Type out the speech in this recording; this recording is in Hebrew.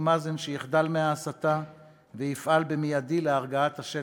מאזן שיחדל מההסתה ויפעל מייד להרגעת השטח,